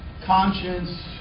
conscience